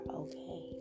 okay